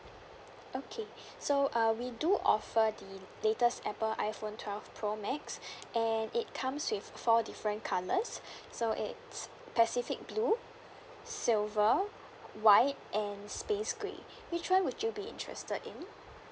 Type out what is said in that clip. okay so uh we do offer the latest apple iPhone twelve pro max and it comes with four different colors so it's pacific blue silver white and space grey which one would you be interested in